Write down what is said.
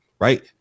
right